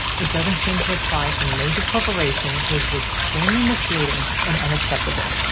it doesn't seem to apply to major corporations which is extremely misleading and unacceptable.